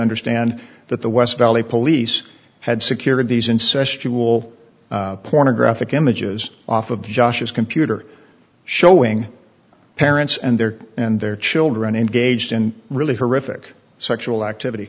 understand that the west valley police had secured these incest you'll pornographic images off of josh's computer showing parents and their and their children engaged in really horrific sexual activity